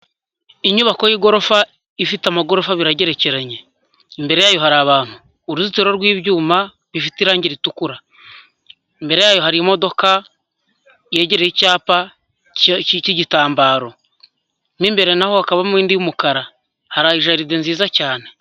Inyubako y'igorofa ifite amagorofa abiri agerekeranye. Imbere yayo hari abantu, uruzitiro rw'ibyuma rifite irangi ritukura. Imbere yaho hari imodoka yegereye icyapa cy'igitambaro. Mo imbere naho hakabamo indi y'umukara, ha jaride nziza cyane.